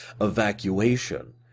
evacuation